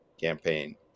campaign